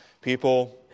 people